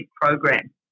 program